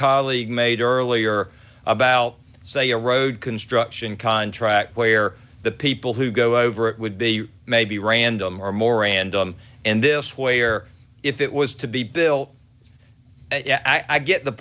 colleague made earlier about say a road construction contract where the people who go over it would be maybe random or more random in this way or if it was to be built i get the